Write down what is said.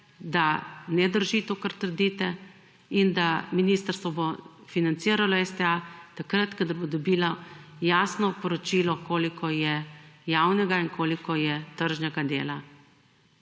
da ne drži to, kar trdite, in da ministrstvo bo financiralo STA takrat, kadar bo dobilo jasno poročilo, koliko je javnega in koliko je tržnega dela.